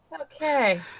Okay